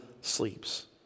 sleeps